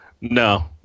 No